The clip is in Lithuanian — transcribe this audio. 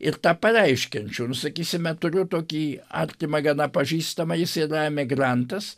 ir tą pareiškiančių nu sakysime turiu tokį artimą gana pažįstamą is yra emigrantas